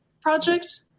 project